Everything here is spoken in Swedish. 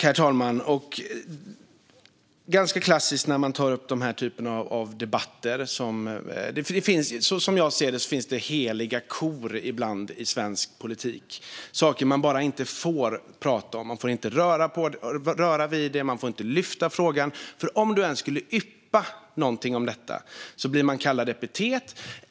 Herr talman! När man har denna typ av debatter är det ganska klassiskt, som jag ser det, att det ibland finns heliga kor i svensk politik, saker som man bara inte får prata om. Man får inte röra vid det och inte lyfta fram frågan. Om man ens skulle yppa någonting om detta får man ett epitet.